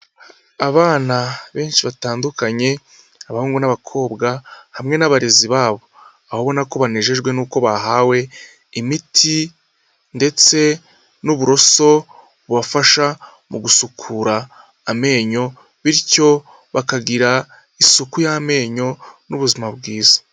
Abana benshi batandukanye abahungu n'abakobwa hamwe n'abarezi babo, aho ubona ko banejejwe n'uko bahawe imiti ndetse n'uburoso bubafasha mu gusukura amenyo bityo bakagira isuku y'amenyo n'ubuzima bwiza.